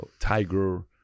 Tiger